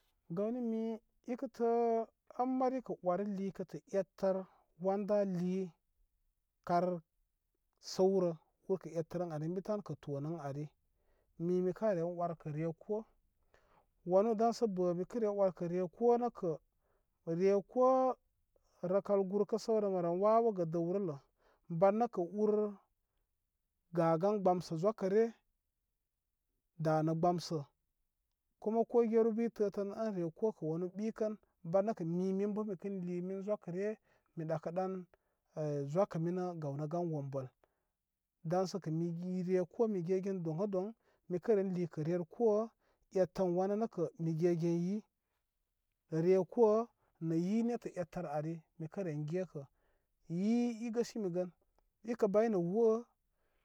Gawni mi kə tə an mari kə ori likətə ettər wan da li kar səwrə urkə eftər ən ani ənbi tən kəto ən ari mi mika re orkə reko wanu daŋsə bə mikə re orkə rékó nəkə rékó rəkal gurkə səw rə bə məre wawəgə dəwlərə ban nəkə ur ga gan gbamsə zokəre danə gbamsə ku ko gerubi i tətən ən ré kó kə wanu ɓikən ban nəkə mi min bə mikən li min zokəre mi ɗakəɗan eh zokə minə gaw nə gan wombəl daŋsə kə mi ge ré kó mi ge gen doŋ adoŋ mikə ren likə rerkó bitən wanu nəkə mi gegen yi rékó nə yi nettə ettər ari mikəre gekə yi igəsin gən ikə baynə wó.